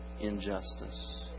injustice